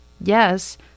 Yes